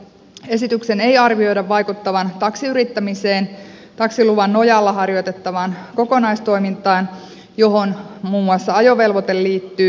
esityksen ei arvioida vaikuttavan taksiyrittämiseen taksiluvan nojalla harjoitettavaan kokonaistoimintaan johon muun muassa ajovelvoite liittyy